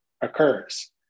occurs